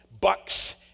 bucks